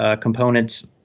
components